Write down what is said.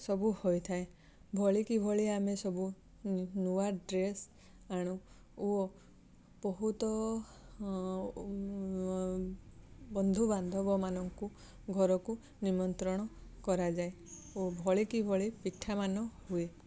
ସବୁ ହୋଇଥାଏ ଭଳି କି ଭଳି ଆମେ ସବୁ ନୂଆ ଡ୍ରେସ ଆଣୁ ଓ ବହୁତ ବନ୍ଧୁ ବାନ୍ଧବ ମାନଙ୍କୁ ଘରକୁ ନିମନ୍ତ୍ରଣ କରାଯାଏ ଓ ଭଳି କି ଭଳି ପିଠା ମାନ ହୁଏ